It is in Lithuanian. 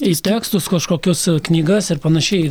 į tekstus kažkokiu knygas ir panašiai